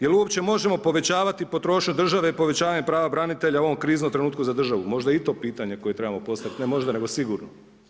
Jel' uopće možemo povećavati potrošnju države povećanjem prava branitelja u ovom kriznom trenutku za državu, možda je i to pitanje koje trebamo postaviti, ne možda nego sigurno.